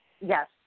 Yes